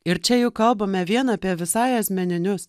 ir čia juk kalbame vien apie visai asmeninius